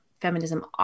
feminism